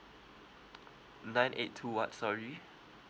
nine eight two what sorry